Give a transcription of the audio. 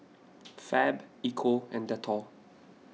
Fab Ecco and Dettol